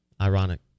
Ironic